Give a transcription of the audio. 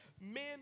men